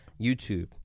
YouTube